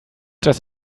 das